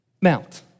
Mount